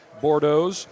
Bordeaux